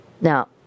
Now